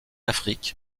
afrique